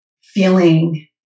feeling